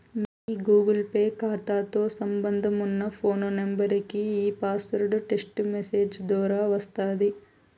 మీ Google Pay కాతాతో సంబంధమున్న phone నెంబరికి ఈ పాస్వార్డు టెస్టు మెసేజ్ దోరా వస్తాది